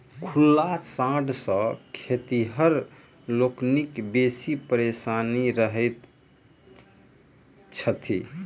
खुल्ला साँढ़ सॅ खेतिहर लोकनि बेसी परेशान रहैत छथि